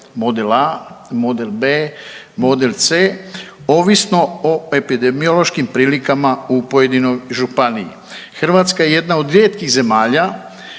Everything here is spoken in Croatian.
Model A, model B, model C ovisno o epidemiološkim prilikama u pojedinoj županiji. Hrvatska je jedna od rijetkih zemalja